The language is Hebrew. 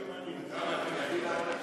אני רוצה לבקש, יש גם תימנים שעלו לארץ לאחרונה.